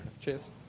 Cheers